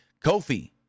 Kofi